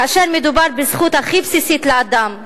ומדובר בזכות הכי בסיסית לאדם,